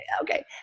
okay